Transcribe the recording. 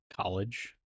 college